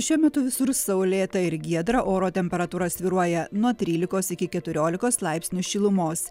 šiuo metu visur saulėta ir giedra oro temperatūra svyruoja nuo trylikos iki keturiolikos laipsnių šilumos